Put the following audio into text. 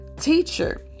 Teacher